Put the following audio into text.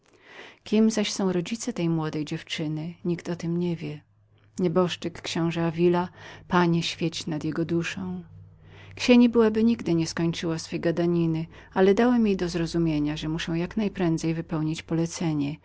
zaś jest ojcem tej młodej dziewczyny nikt o tem nie wie nieboszczyk książe davila panie świeć nad jego dosząduszą ksieni byłaby nigdy nie skończyła swej gadaniny ale przedstawiłem jej że muszę jak najprędzej wypełnić dane mi polecenie